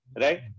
right